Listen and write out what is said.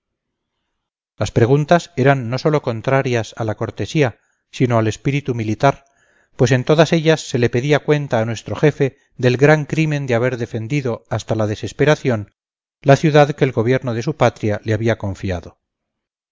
las preguntas eran no sólo contrarias a la cortesía sino al espíritu militar pues en todas ellas se le pedía cuenta a nuestro jefe del gran crimen de haber defendido hasta la desesperación la ciudad que el gobierno de su patria le había confiado